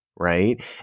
Right